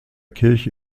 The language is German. kirche